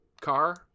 car